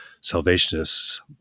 Salvationists